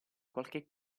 qualche